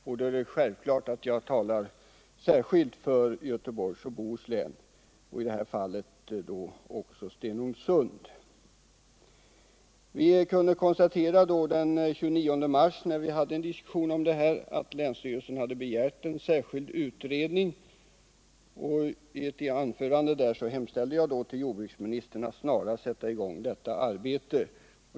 Det är självklart att jag särskilt talar för Göteborgs och Bohus län och i det här fallet också för Stenungsund. Vi kunde konstatera den 29 mars, när vi hade en diskussion om detta, att länsstyrelsen begärt en särskild utredning. Och i mitt anförande hemställde jag till jordbruksministern att de snarast skulle sätta i gång med arbetet.